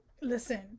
listen